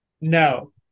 No